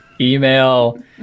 email